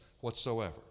whatsoever